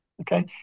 okay